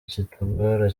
kitugora